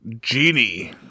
GENIE